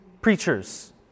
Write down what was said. preachers